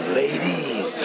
ladies